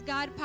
God